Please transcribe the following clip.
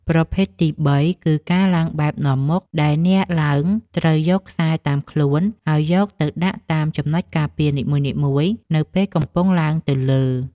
ប្រភេទទីបីគឺ ការឡើងបែបនាំមុខ ដែលអ្នកឡើងត្រូវយកខ្សែតាមខ្លួន ហើយយកទៅដាក់តាមចំណុចការពារនីមួយៗនៅពេលកំពុងឡើងទៅលើ។